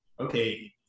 okay